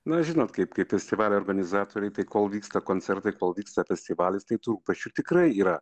na žinot kaip kaip festivalio organizatoriui tai kol vyksta koncertai kol vyksta festivalis tai tų pačių tikrai yra